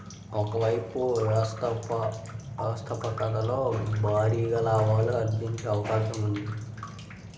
ఒక వైపు వ్యవస్థాపకతలో భారీగా లాభాలు ఆర్జించే అవకాశం ఉంది